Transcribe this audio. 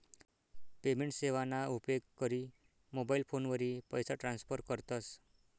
payment सेवाना उपेग करी मोबाईल फोनवरी पैसा ट्रान्स्फर करतस